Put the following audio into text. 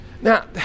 Now